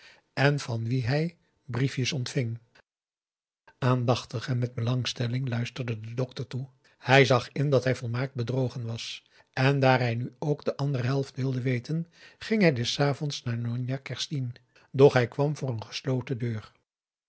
en van wie hij briefjes ontving aandachtig en met belangstelling luisterde de dokter toe hij zag in dat hij volmaakt bedrogen was en daar hij nu ook de andere helft wilde weten ging hij des avonds naar njonjah kerstien doch hij kwam voor een gesloten deur